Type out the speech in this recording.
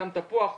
טעם תפוח,